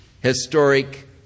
historic